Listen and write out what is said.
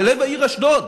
בלב העיר אשדוד,